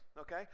okay